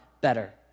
better